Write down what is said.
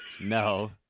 no